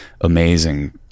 amazing